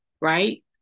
right